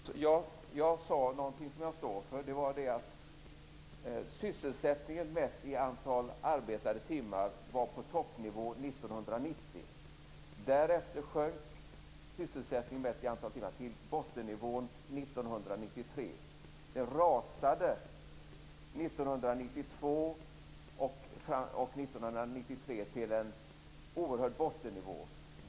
Fru talman! Jag sade någonting som jag står för, nämligen att sysselsättningen mätt i antalet arbetade timmar var på toppnivå 1990. Därefter rasade sysselsättningen mätt i antal timmar till en oerhört låg nivå 1992 och 1993.